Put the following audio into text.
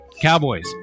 Cowboys